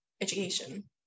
Education